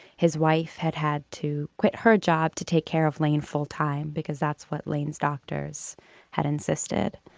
his wife had had to quit her job to take care of lane full time because that's what lane's doctors had insisted.